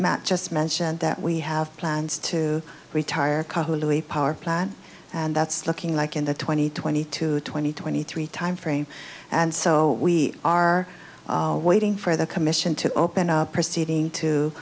we just mentioned that we have plans to retire early power plant and that's looking like in the twenty twenty to twenty twenty three timeframe and so we are waiting for the commission to open up proceeding to